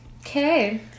Okay